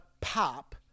pop